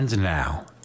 Now